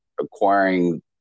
acquiring